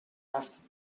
after